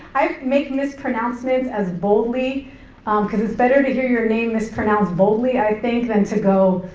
i make mispronouncements as boldly um cause it's better to hear your name misprounounced boldly, i think, then to go,